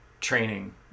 training